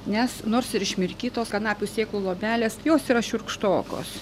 nes nors ir išmirkytos kanapių sėklų luobelės jos yra šiurkštokos